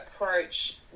approach